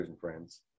friends